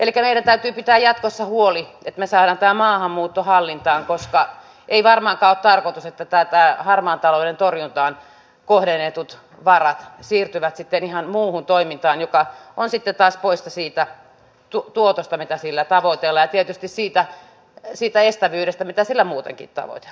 meidän täytyy pitää jatkossa huoli että me saamme tämän maahanmuuton hallintaan koska ei varmaankaan ole tarkoitus että harmaan talouden torjuntaan kohdennetut varat siirtyvät sitten ihan muuhun toimintaan mikä on sitten taas poissa siitä tuotosta mitä sillä tavoitellaan ja tietysti siitä estävyydestä mitä sillä muutenkin tavoitellaan